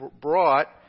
brought